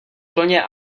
plně